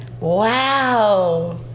Wow